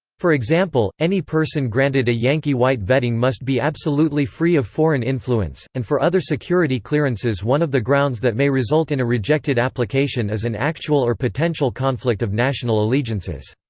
for example, any person granted a yankee white vetting must be absolutely free of foreign influence, and for other security clearances one of the grounds that may result in a rejected application is an actual or potential conflict of national allegiances.